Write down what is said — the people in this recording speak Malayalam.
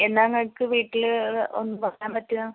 എന്നാൽ നിങ്ങൾക്ക് വീട്ടിൽ ഒന്ന് വരാൻ പറ്റുമോ